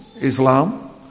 Islam